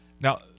now